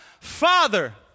Father